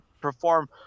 perform